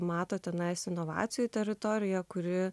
mato tenai su inovacijų teritorija kuri